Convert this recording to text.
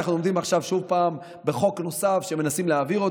אנחנו עומדים עכשיו שוב בחוק נוסף שמנסים להעביר,